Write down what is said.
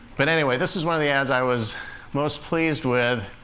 but anyway, this is one of the ads i was most pleased with,